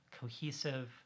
cohesive